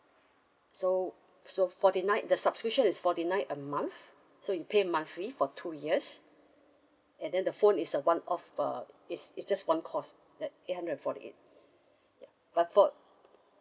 so so forty nine the subscription is forty nine a month so you pay monthly for two years and then the phone is a one off uh is it's just one cost at eight hundred and forty eight yup but for